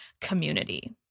community